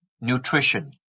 Nutrition